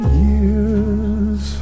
years